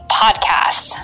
podcast